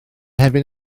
hefyd